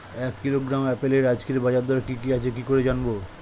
এক কিলোগ্রাম আপেলের আজকের বাজার দর কি কি আছে কি করে জানবো?